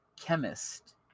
chemist